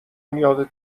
یادت